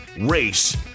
race